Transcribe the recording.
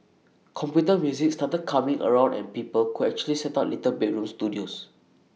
computer music started coming around and people could actually set up little bedroom studios